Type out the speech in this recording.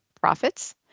profits